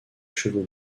cheveux